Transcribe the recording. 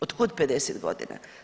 Od kud 50 godina?